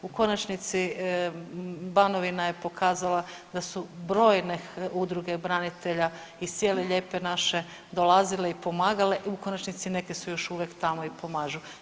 U konačnici Banovina je pokazala da su brojne udruge branitelja iz cijele lijepe naše dolazile i pomagale i u konačnici neke su još uvijek tamo i pomažu.